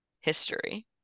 history